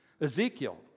Ezekiel